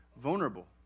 vulnerable